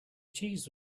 cheese